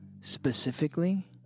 specifically